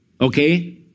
okay